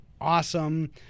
awesome